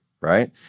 right